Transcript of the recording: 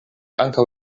ankaŭ